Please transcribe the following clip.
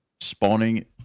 spawning